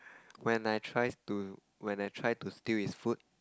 when I try to when I try to steal his food